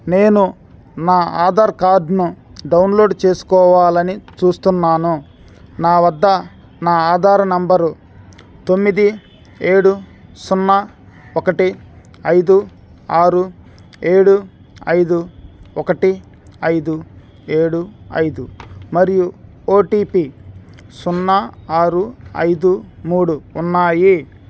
నేను నా ఆధార్ కార్డ్ను డౌన్లోడ్ చేసుకోవాలని చూస్తున్నాను నా వద్ద నా ఆధారు నంబరు తొమ్మిది ఏడు సున్నా ఒకటి ఐదు ఆరు ఏడు ఐదు ఒకటి ఐదు ఏడు ఐదు మరియు ఓటిపి సున్నా ఆరు ఐదు మూడు ఉన్నాయి